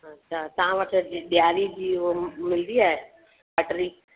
अच्छा तव्हां वटि ॾि ॾियारी जी उहा मिलंदी आहे हटरी